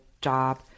job